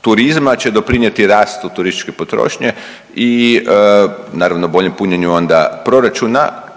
turizma će doprinjeti rastu turističke potrošnje i naravno boljem punjenju onda proračuna.